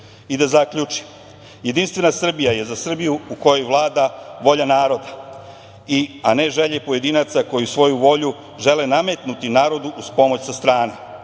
zaključim, Jedinstvena Srbija je za Srbiju u kojoj vlada volja naroda, a ne želje pojedinaca koji svoju volju žele nametnuti narodu uz pomoć sa strane.